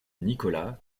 nicolas